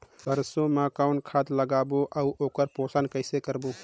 सरसो मा कौन खाद लगाबो अउ ओकर पोषण कइसे करबो?